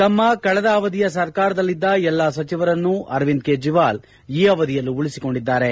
ತಮ್ನ ಕಳೆದ ಅವಧಿಯ ಸರ್ಕಾರದಲ್ಲಿದ್ದ ಎಲ್ಲಾ ಸಚಿವರನ್ನೂ ಅರವಿಂದ್ ಕೇಜ್ರವಾಲ್ ಈ ಅವಧಿಯಲ್ಲೂ ಉಳಿಸಿಕೊಂಡಿದ್ದಾರೆ